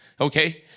Okay